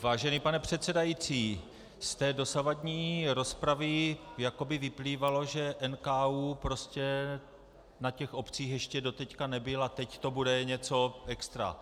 Vážený pane předsedající, z té dosavadní rozpravy jako by vyplývalo, že NKÚ na těch obcích ještě doteď nebyl a teď to bude něco extra.